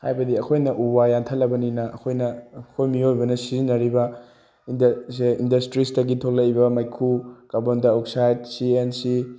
ꯍꯥꯏꯕꯗꯤ ꯑꯩꯈꯣꯏꯅ ꯎ ꯋꯥ ꯌꯥꯟꯊꯠꯂꯕꯅꯤꯅ ꯑꯩꯈꯣꯏꯅ ꯑꯩꯈꯣꯏ ꯃꯤꯑꯣꯏꯕꯅ ꯁꯤꯖꯤꯟꯅꯔꯤꯕ ꯏꯟꯗꯁꯇ꯭ꯔꯤꯖꯗꯒꯤ ꯊꯣꯛꯂꯛꯏꯕ ꯃꯩꯈꯨ ꯀꯥꯔꯕꯣꯟ ꯗꯥꯏ ꯑꯣꯛꯁꯥꯏꯠ ꯁꯤ ꯑꯦꯟ ꯁꯤ